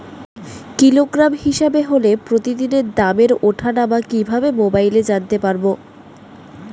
Kilogram হিসাবে হলে প্রতিদিনের দামের ওঠানামা কিভাবে মোবাইলে জানতে পারবো?